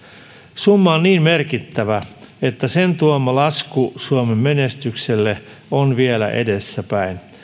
summa on niin merkittävä että sen tuoma lasku suomen menestykselle on vielä edessäpäin